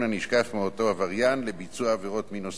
הנשקף מאותו עבריין לביצוע עבירות מין נוספות.